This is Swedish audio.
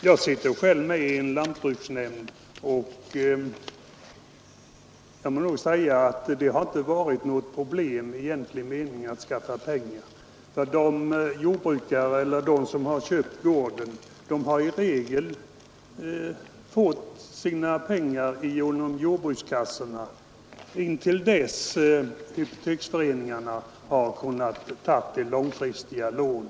Jag sitter själv med i en lantbruksnämnd, och där har det i stort sett i varje fall inte varit några egentliga problem att skaffa pengar. De som köpt en gård har i regel fått pengar till det genom jordbrukskassorna, till dess att hypoteksföreningarna kunnat teckna långfristiga lån.